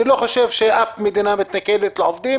אני לא חושב שאף מדינה מתנכלת לעובדים